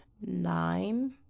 nine